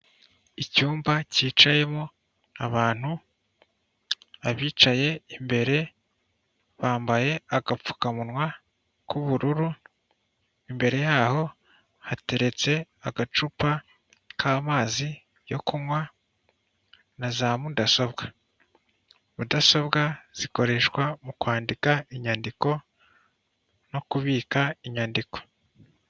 Icyumba cyicayemo abantu, abicaye imbere bambaye agapfukamunwa k'ubururu imbere yaho hateretse agacupa k'amazi yo kunywa na za mudasobwa. Mudasobwa zikoreshwa mu kwandika inyandiko no kubika inyandiko.